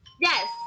Yes